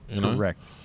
Correct